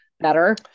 better